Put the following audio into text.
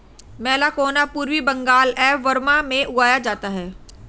मैलाकोना पूर्वी बंगाल एवं बर्मा में उगाया जाता है